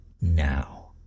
now